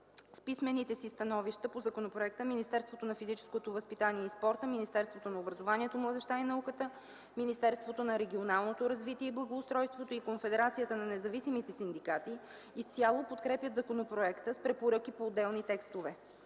С писмените си становища по законопроекта Министерството на физическото възпитание и спорта, Министерството на образованието, младежта и науката, Министерството на регионалното развитие и благоустройството и Конфедерацията на независимите синдикати изцяло подкрепят законопроекта с препоръки по отделни текстове.